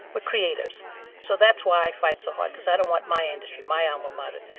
we're creatives so that's why i fight so hard because i don't want my industry, my alma mater,